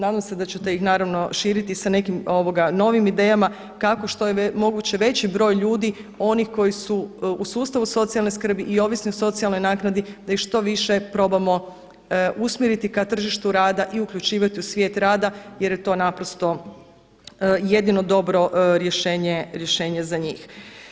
Nadam se da ćete ih naravno širiti sa nekim novim idejama kako, što je veći broj ljudi onih koji su u sustavu socijalne skrbi i ovisni o socijalnoj naknadi, da ih što više probamo usmjeriti ka tržištu rada i uključivati u svijet rada jer je to naprosto jedino dobro rješenje za njih.